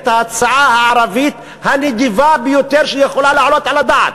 את ההצעה הערבית הנדיבה ביותר שיכולה לעלות על הדעת.